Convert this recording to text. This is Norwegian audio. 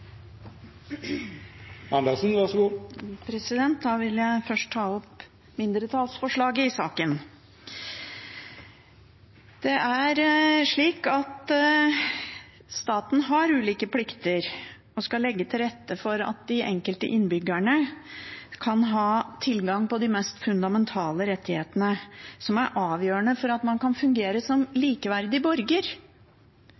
slik at staten har ulike plikter og skal legge til rette for at de enkelte innbyggerne kan ha tilgang på de mest fundamentale rettighetene, som er avgjørende for at man kan fungere som